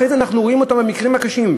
אחרי זה אנחנו רואים את אותם המקרים הקשים.